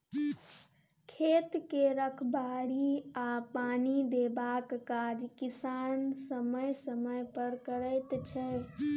खेत के रखबाड़ी आ पानि देबाक काज किसान समय समय पर करैत छै